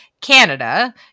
Canada